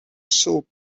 soap